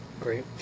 Great